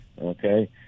Okay